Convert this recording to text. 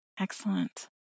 Excellent